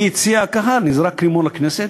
מיציע הקהל נזרק רימון לכנסת,